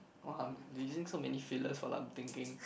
!wah! I'm using so many fillers while I'm thinking